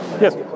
Yes